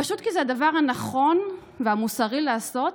פשוט כי זה הדבר הנכון והמוסרי לעשות.